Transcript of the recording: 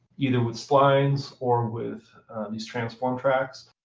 either with splines or with these transform tracks.